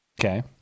Okay